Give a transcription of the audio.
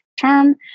term